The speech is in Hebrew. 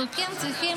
אנחנו כן צריכים.